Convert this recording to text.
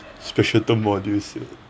special term modules